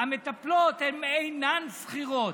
המטפלות אינן שכירות.